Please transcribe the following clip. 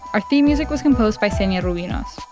our theme music was composed by sena yeah ruenos.